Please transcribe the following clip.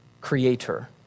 creator